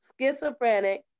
Schizophrenic